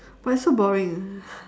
but it's so boring